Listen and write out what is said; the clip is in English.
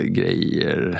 grejer